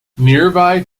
nearby